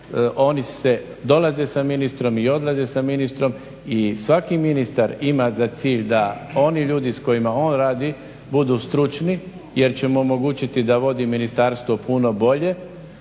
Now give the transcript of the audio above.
oni dolaze sa ministrom i odlaze sa ministrom. I svaki ministar ima za cilj da oni ljudi s kojima on radi budu stručni jer će mu omogućiti da vodi ministarstvo puno bolje,